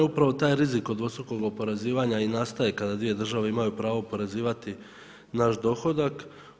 Upravo taj rizik od dvostrukog oporezivanja i nastaje kada dvije države imaju pravo oporezivati naš dohodak.